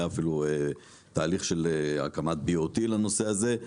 היה אפילו תהליך של הקמת בוט לפרויקט הזה.